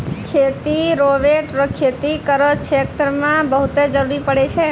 खेती रोवेट रो खेती करो क्षेत्र मे बहुते जरुरी पड़ै छै